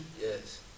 yes